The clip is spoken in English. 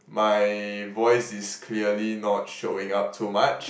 my voice is clearly not showing up too much